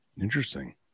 Interesting